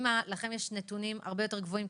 לכם יש נתונים הרבה יותר גבוהים,